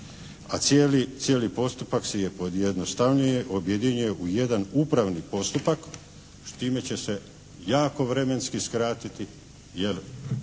A cijeli postupak pojednostavljuje i objedinjuje u jedan upravni postupak. S tim će se jako vremenski skratiti